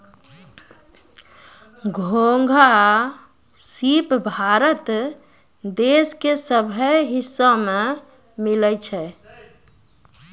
घोंघा, सिप भारत देश के सभ्भे हिस्सा में मिलै छै